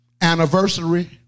Anniversary